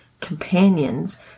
companions